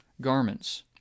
garments